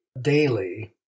daily